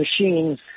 machines